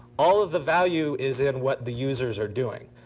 all of the value is in what the users are doing.